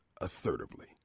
assertively